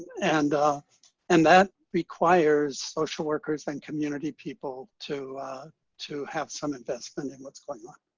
and and that requires social workers and community people to to have some investment in what's going on.